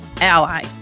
ally